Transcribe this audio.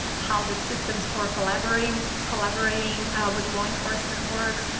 how the systems for collaborating collaborating with law enforcement works.